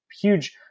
huge